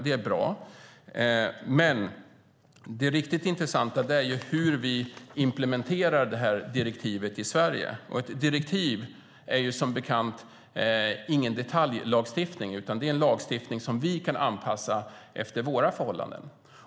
Det är bra. Men det riktigt intressanta är ju hur vi implementerar det här direktivet i Sverige. Ett direktiv är som bekant ingen detaljlagstiftning, utan det är en lagstiftning som vi kan anpassa efter våra förhållanden.